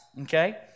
Okay